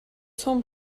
són